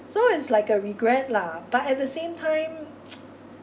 so it's like a regret lah but at the same time